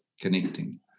connecting